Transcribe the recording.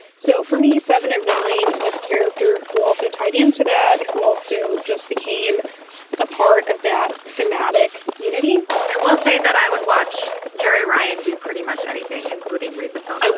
so for me, seven of nine was a character who also tied into that, who also just became a part of that thematic unity i will say that i would watch jeri ryan do pretty much anything, including rape in the film,